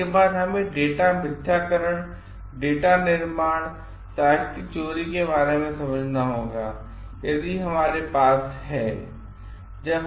इसके बादहमें डेटा मिथ्याकरण डेटा निर्माण और साहित्यिक चोरी के बारे में समझना होगा यदि हमारे पास है